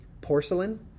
porcelain